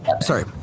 sorry